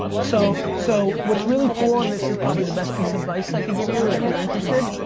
so so what's really cool and this is probably the best piece of advice i can give you if you're interested.